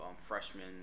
freshman